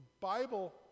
Bible